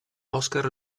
oscar